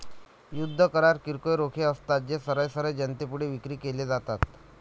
युद्ध करार किरकोळ रोखे असतात, जे सरळ सरळ जनतेमध्ये विक्री केले जातात